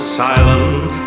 silent